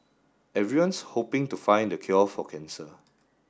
everyone's hoping to find the cure for cancer